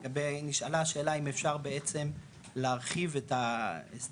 נשאלה שאלה אם אפשר בעצם להרחיב את ההסדר